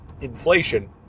inflation